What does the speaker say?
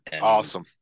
Awesome